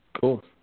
Cool